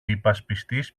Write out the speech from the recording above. υπασπιστής